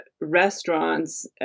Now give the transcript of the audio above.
restaurants